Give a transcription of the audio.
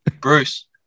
Bruce